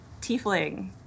Tiefling